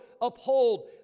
Uphold